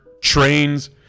trains